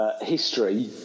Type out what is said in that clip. history